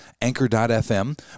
Anchor.fm